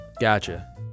Gotcha